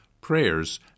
prayers